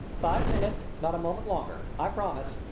five minutes not a moment longer, i promise!